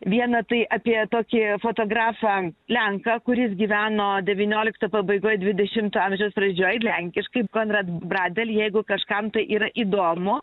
vieną tai apie tokį fotografą lenką kuris gyveno devyniolikto pabaigoj dvidešimto amžiaus pradžioj ir lenkiškai konrad bradel jeigu kažkam tai yra įdomu